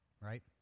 right